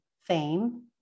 Fame